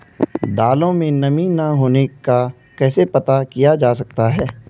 दालों में नमी न होने का कैसे पता किया जा सकता है?